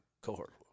cohort